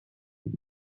are